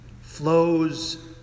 flows